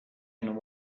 and